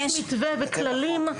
אבל אני אומרת שיש מתווה וכללים שהרשות